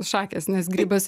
šakės nes grybas